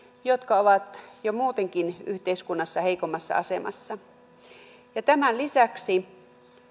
jotka ovat jo muutenkin yhteiskunnassa heikommassa asemassa tämän lisäksi